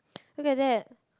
look at that